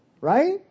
right